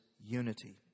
unity